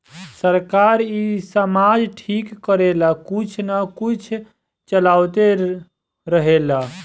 सरकार इ समाज ठीक करेला कुछ न कुछ चलावते रहेले